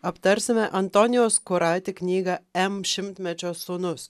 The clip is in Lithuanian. aptarsime antonijaus kurati knygą m šimtmečio sūnus